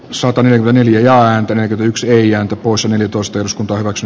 saatan hyvin hiljaa näkyvykseen ja osa neljätoista jos poroksi